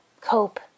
cope